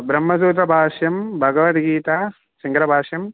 ब्रह्मसूत्रभाष्यं Bhagavad Gita शङ्कारभाष्यं